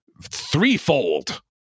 threefold